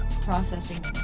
Processing